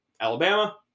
Alabama